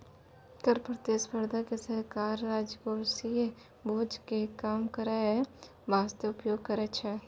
कर प्रतिस्पर्धा के सरकार राजकोषीय बोझ के कम करै बासते उपयोग करै छै